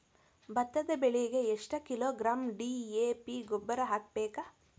ಭತ್ತದ ಬೆಳಿಗೆ ಎಷ್ಟ ಕಿಲೋಗ್ರಾಂ ಡಿ.ಎ.ಪಿ ಗೊಬ್ಬರ ಹಾಕ್ಬೇಕ?